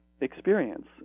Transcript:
experience